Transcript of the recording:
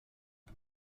one